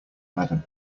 madam